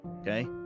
okay